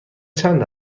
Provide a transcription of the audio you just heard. چند